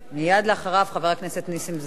מייד אחריו, חבר הכנסת נסים זאב.